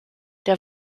der